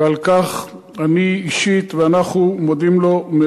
ועל כך אני אישית ואנחנו מודים לו.